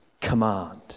command